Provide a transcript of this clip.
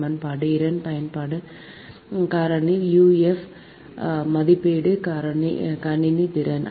சமன்பாடு 2 பயன்பாட்டு காரணி UF அமைப்பின் அதிகபட்ச தேவை மதிப்பிடப்பட்ட கணினி திறன்